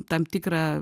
tam tikrą